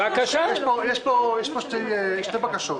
יש פה שתי בקשות.